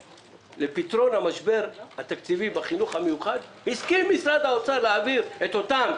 לפתרון המשבר התקציבי בחינוך המיוחד הסכים משרד האוצר להעביר את אותם